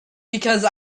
because